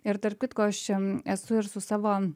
ir tarp kitko aš čia esu ir su savo